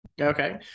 Okay